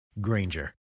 Granger